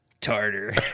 Tartar